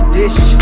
dish